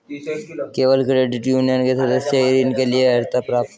केवल credit union के सदस्य ही ऋण के लिए अर्हता प्राप्त कर सकते हैं